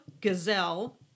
gazelle